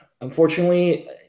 unfortunately